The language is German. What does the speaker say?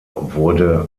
wurde